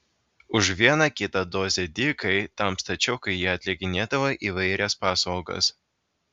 už vieną kitą dozę dykai tam stačiokui jie atlikinėdavo įvairias paslaugas